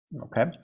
Okay